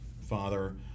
father